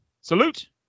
Salute